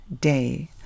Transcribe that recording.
day